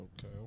Okay